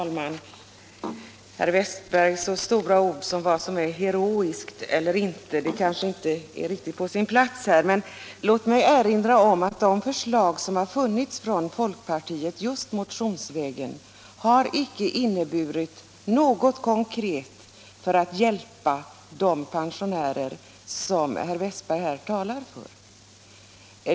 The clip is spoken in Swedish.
Herr talman! Herr Wästbergs i Stockholm stora ord om vad som är heroiskt är kanske inte riktigt på sin plats här. Men låt mig erinra om att de förslag som har kommit från folkpartiet motionsvägen icke har inneburit något konkret för att hjälpa de pensionärer som herr Wästberg här talar för.